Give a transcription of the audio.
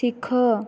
ଶିଖ